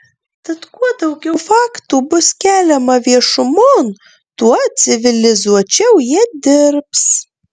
tad kuo daugiau faktų bus keliama viešumon tuo civilizuočiau jie dirbs